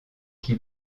qui